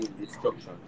destruction